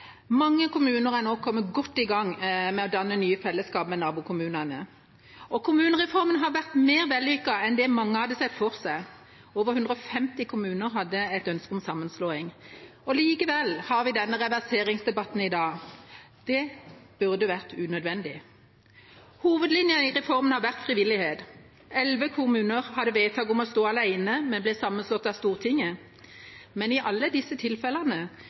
Mange kommuner er nå kommet godt i gang med å danne nye fellesskap med nabokommunene. Kommunereformen har vært mer vellykket enn mange hadde sett for seg. Over 150 kommuner hadde et ønske om sammenslåing. Likevel har vi denne reverseringsdebatten i dag. Det burde vært unødvendig. Hovedlinjen i reformen har vært frivillighet. Elleve kommuner hadde vedtak om å stå alene, men ble sammenslått av Stortinget. Men i alle disse tilfellene